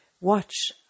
watch